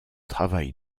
travail